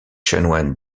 chanoine